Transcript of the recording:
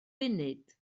funud